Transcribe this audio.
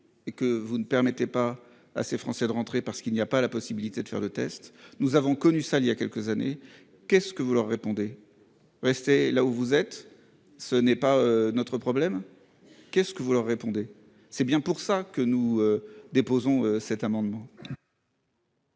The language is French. et que vous ne permettait pas assez français de rentrer parce qu'il n'y a pas la possibilité de faire le test, nous avons connu ça il y a quelques années, qu'est-ce que vous leur répondez rester là où vous êtes, ce n'est pas notre problème qu'est-ce que vous leur répondez : c'est bien pour ça que nous déposons cet amendement.